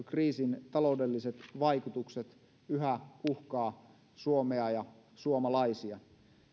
kriisin taloudelliset vaikutukset yhä uhkaa suomea ja suomalaisia